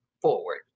forward